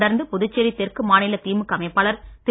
தொடர்ந்து புதுச்சேரி தெற்கு மாநில திமுக அமைப்பாளர் திரு